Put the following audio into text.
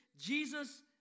Jesus